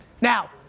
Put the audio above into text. Now